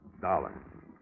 Dollar